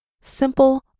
simple